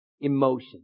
emotion